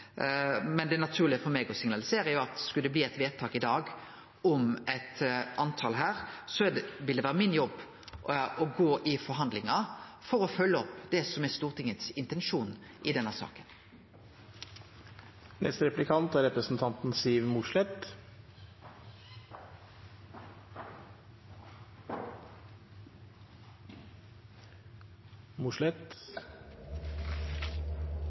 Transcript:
Men det er naturleg for meg å signalisere at skulle det bli eit vedtak her i dag om eit tal, så vil det vere min jobb å gå i forhandlingar for å følgje opp det som er Stortingets intensjon i denne saka. Vi ser i dag at det er